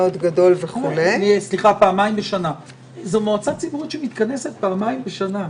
זו מועצה ציבורית שמתכנסת פעמים בשנה.